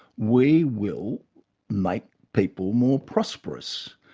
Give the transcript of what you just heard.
we will make people more prosperous.